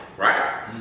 Right